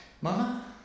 Mama